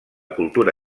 cultura